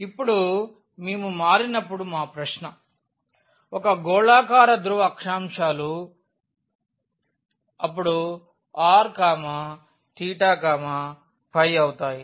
ఇప్పుడు మేము మారినప్పుడు మా ప్రశ్న ఒక గోళాకార ధ్రువ అక్షాంశాలు అప్పుడు rθϕ ఏమవుతాయి